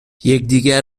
یکدیگر